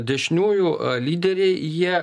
dešiniųjų lyderiai jie